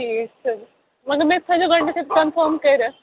ٹھیٖک چھُ مگر مےٚ تھٲیزیو گَۄڈٕنتھٕے کَنفٲرٕم کٔرِتھ